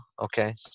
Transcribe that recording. Okay